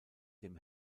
dem